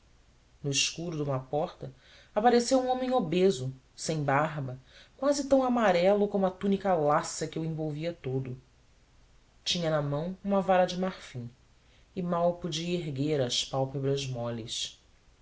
no escuro de uma porta apareceu um homem obeso sem barba quase tão amarelo como a túnica lassa que o envolvia todo tinha na mão uma vara de marfim e mal podia erguer as pálpebras moles